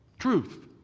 truth